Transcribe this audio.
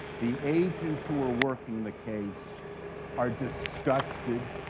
the agents who were working the case are disgusted,